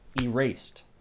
erased